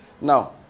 now